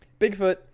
Bigfoot